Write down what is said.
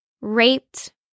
raped